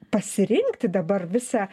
pasirinkti dabar visą